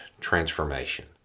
transformation